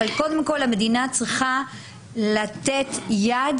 אבל קודם כל המדינה צריכה לתת יד,